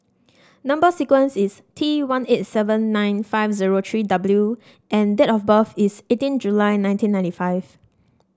number sequence is T one eight seven nine five zero three W and date of birth is eighteen July nineteen ninety five